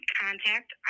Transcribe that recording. contact